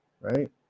Right